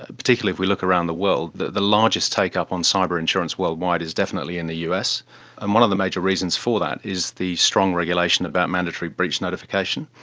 ah particularly if we look around the world, the the largest take-up on cyber insurance worldwide is definitely in the us, and one of the major reasons for that is the strong regulation about mandatory breach notification,